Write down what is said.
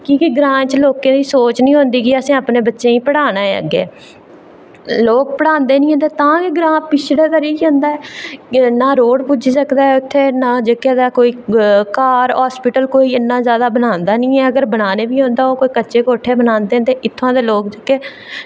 की के ग्रांऽ च लोकें दी सोच निं होंदी कि असें अपने बच्चें गी पढ़ाना ऐ अग्गें ते लोग पढ़ांदे निं हैन तां गै ग्रांऽ पिछड़े दा रेही जंदा ऐ नाहं रोड़ पुज्जी सकदा ऐ ते नां जेह्का तां कोई घर हॉस्पिटल इन्ना जादा बनांदा निं ऐ अगर कोई बनांदे बी हैन तां ओह् कोई कच्चे कोठे बनांदे न इत्थुआं दे लोग जेह्के